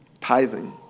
Tithing